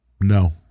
No